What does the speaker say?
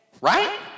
Right